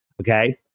Okay